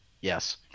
yes